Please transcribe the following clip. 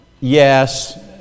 Yes